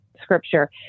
scripture